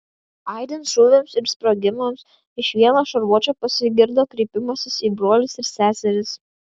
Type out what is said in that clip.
aidint šūviams ir sprogimams iš vieno šarvuočio pasigirdo kreipimasis į brolius ir seseris